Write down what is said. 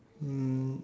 um